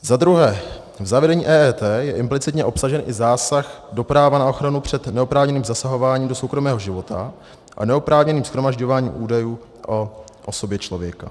Za druhé, v zavedení EET je implicitně obsažen i zásah do práva na ochranu před neoprávněným zasahováním do soukromého života a neoprávněným shromažďováním údajů o osobě člověka.